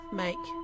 make